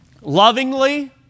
lovingly